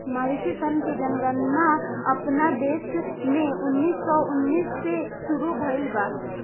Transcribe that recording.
मवेशी सन के जनगणना अपना देश में उन्नीस सौ उन्नीस से शुरू भईल बा